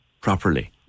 properly